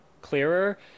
clearer